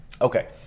Okay